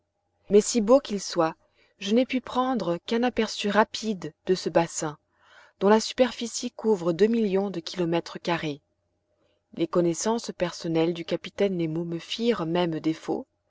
mais si beau qu'il soit je n'ai pu prendre qu'un aperçu rapide de ce bassin dont la superficie couvre deux millions de kilomètres carrés les connaissances personnelles du capitaine nemo me firent même défaut